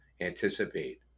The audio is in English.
anticipate